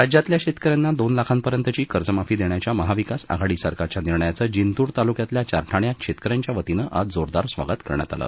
राज्यातल्या शेतकऱ्यांनां दोन लाखापर्यंतची कर्जमाफी देण्याच्या महाविकास आघाडी सरकारच्या निर्णयाचं जिंतूर तालुक्यातल्या चारठाण्यात शेतकऱ्यांच्यावतीनं आज जोरदार स्वागत करण्यात आलं